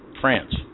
France